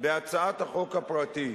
בהצעת החוק הפרטית,